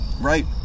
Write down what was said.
Right